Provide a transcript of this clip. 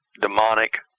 demonic